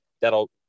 that'll